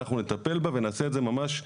ואנחנו נטפל בה ונעשה את זה ממש בהקדם,